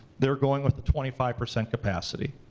they're going with a twenty five percent capacity.